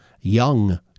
young